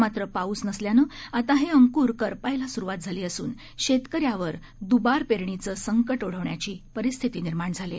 मात्र पाऊस नसल्यानं आता हे अंकुर करपायला सुरुवात झाली असून शेतकऱ्यांवर दुबार पेरणीचं संकट ओढवण्याची परिस्थिती निर्माण झाली आहे